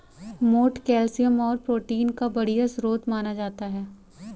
मोठ कैल्शियम और प्रोटीन का बढ़िया स्रोत माना जाता है